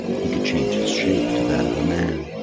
he could change his shape to that of a man.